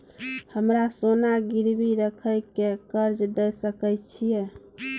हमरा सोना गिरवी रखय के कर्ज दै सकै छिए?